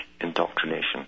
indoctrination